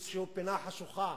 באיזו פינה חשוכה.